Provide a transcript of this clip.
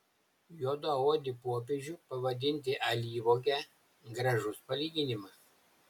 juodaodį popiežių pavadinti alyvuoge gražus palyginimas